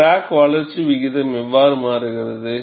crack வளர்ச்சி விகிதம் எவ்வாறு மாறுகிறது